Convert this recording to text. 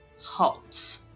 halt